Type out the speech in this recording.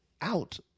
out